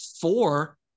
four